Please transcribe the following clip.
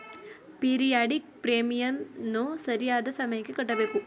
periodic ಪ್ರೀಮಿಯಂನ್ನು ಸರಿಯಾದ ಸಮಯಕ್ಕೆ ಕಟ್ಟಬೇಕು